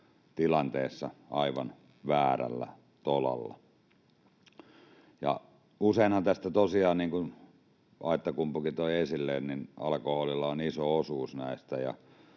tilanteissa aivan väärällä tolalla. Ja useinhan tosiaan, niin kuin Aittakumpukin toi esille, alkoholilla on iso osuus näissä